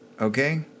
Okay